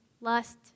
lust